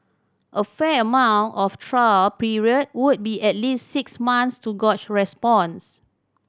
a fair amount of trial period would be at least six months to gauge response